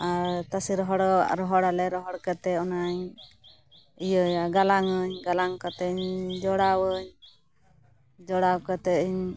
ᱟᱨ ᱛᱟᱥᱮ ᱨᱚᱦᱚᱲᱟᱜ ᱨᱚᱦᱚᱲᱟᱞᱮ ᱨᱚᱦᱚᱲ ᱠᱟᱛᱮᱫ ᱚᱱᱟᱧ ᱤᱭᱟᱹᱭᱟ ᱜᱟᱞᱟᱝᱟᱹᱧ ᱜᱟᱞᱟᱝ ᱠᱟᱛᱮᱧ ᱡᱚᱲᱟᱣᱟᱹᱧ ᱡᱚᱲᱟᱣ ᱠᱟᱛᱮᱫ ᱤᱧ